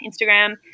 Instagram